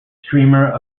streamer